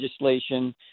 legislation